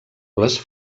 les